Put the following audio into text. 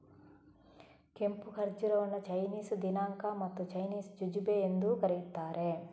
ಕೆಂಪು ಖರ್ಜೂರವನ್ನು ಚೈನೀಸ್ ದಿನಾಂಕ ಮತ್ತು ಚೈನೀಸ್ ಜುಜುಬೆ ಎಂದೂ ಕರೆಯುತ್ತಾರೆ